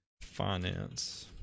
finance